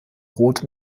rot